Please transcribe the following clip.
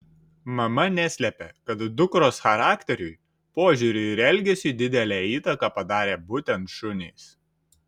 mama neslepia kad dukros charakteriui požiūriui ir elgesiui didelę įtaką padarė būtent šunys